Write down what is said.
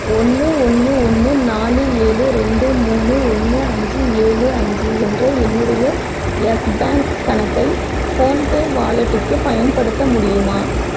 ஒன்று ஒன்று ஒன்று நாலு ஏழு ரெண்டு மூணு ஒன்று அஞ்சு ஏழு அஞ்சு என்ற என்னுடைய யெஸ் பேங்க் கணக்கை ஃபோன்பே வாலெட்டுக்கு பயன்படுத்த முடியுமா